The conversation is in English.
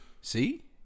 See